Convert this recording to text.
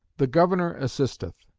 the governor assisteth,